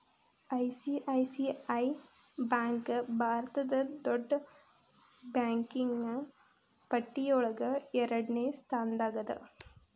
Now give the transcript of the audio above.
ICICI bank ಭಾರತದ್ ದೊಡ್ಡ್ ಬ್ಯಾಂಕಿನ್ನ್ ಪಟ್ಟಿಯೊಳಗ ಎರಡ್ನೆ ಸ್ಥಾನ್ದಾಗದ